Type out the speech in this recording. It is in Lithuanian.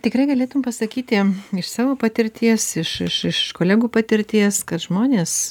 tikrai galėtum pasakyti iš savo patirties iš iš iš kolegų patirties kad žmonės